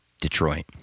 Detroit